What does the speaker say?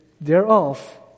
thereof